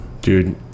Dude